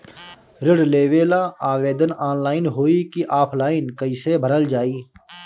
ऋण लेवेला आवेदन ऑनलाइन होई की ऑफलाइन कइसे भरल जाई?